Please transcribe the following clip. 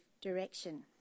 direction